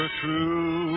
true